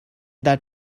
that